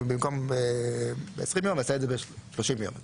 במקום ב-20 יום אני אעשה את זה ב-30 יום.